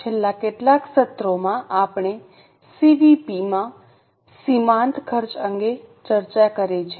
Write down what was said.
છેલ્લા કેટલાક સત્રોમાં આપણે સીવીપી સીમાંત ખર્ચ અંગે ચર્ચા કરી છે